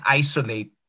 isolate